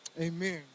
amen